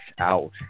out